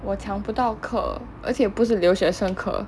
我抢不到课而且不是留学生课